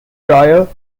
drier